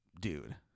dude